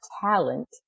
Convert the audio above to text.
talent